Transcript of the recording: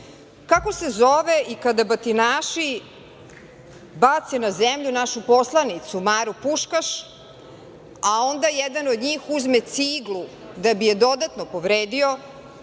se zove i kada batinaši bace na zemlju našu poslanicu Maru Puškaš, a onda jedan od njih uzme ciglu da bi je dodatno povredio